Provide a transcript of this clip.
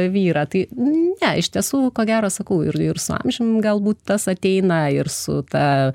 vyrą tai ne iš tiesų ko gero sakau ir ir su amžium galbūt tas ateina ir su ta